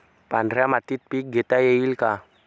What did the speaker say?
पांढऱ्या मातीत पीक घेता येईल का?